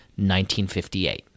1958